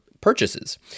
purchases